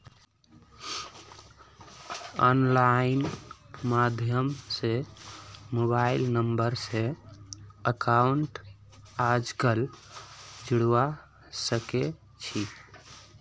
online माध्यम स mobile number स अकाउंटक आजकल जोडवा सके छी